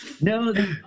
no